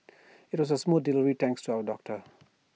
IT was A smooth delivery thanks to our doctor